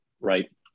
Right